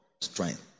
strength